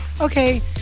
okay